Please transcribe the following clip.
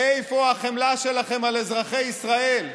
איפה החמלה שלכם על אזרחי ישראל?